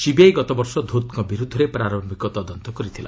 CBI ଗତବର୍ଷ ଧୁତ୍ଙ୍କ ବିରୁଦ୍ଧରେ ପ୍ରାରମ୍ଭିକ ତଦନ୍ତ କରିଥିଲା